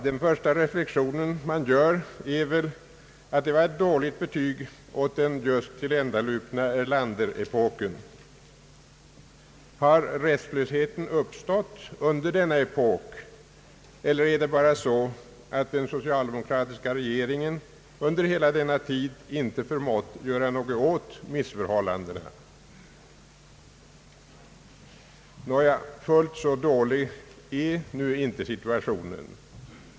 Den första reflexion man gör är väl, att det var ett dåligt betyg åt den just tilländalupna = Erlanderepoken. Har rättslösheten uppstått under denna epok eller är det bara så, att den socialdemokratiska regeringen under hela denna tid icke förmått göra något åt missförhållandena? Nåja, fullt så dålig är nu inte situationen.